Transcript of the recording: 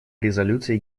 резолюции